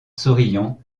souriant